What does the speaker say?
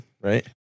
right